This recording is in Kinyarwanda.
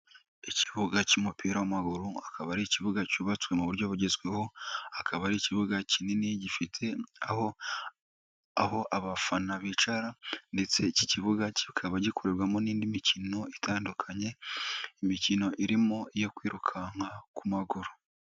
Ikibuga cy'umupira w'amaguru. Akaba ari ikibuga cyubatswe mu buryo bugezweho. Akaba ari ikibuga kinini gifite aho, aho abafana bicara, ndetse iki kibuga kikaba gikorerwamo n'indi mikino itandukanye. Imikino irimo iyo kwirukanka ku maguru.